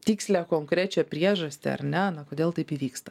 tikslią konkrečią priežastį ar ne na kodėl taip įvyksta